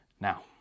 Now